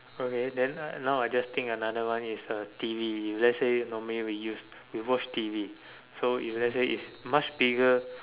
okay then uh now I just think another one is uh T_V if let's say normally we use we watch T_V so if let's say is much bigger